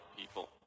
people